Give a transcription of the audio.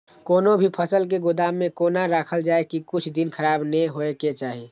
कोनो भी फसल के गोदाम में कोना राखल जाय की कुछ दिन खराब ने होय के चाही?